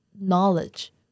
knowledge